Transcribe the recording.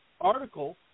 article